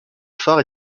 phare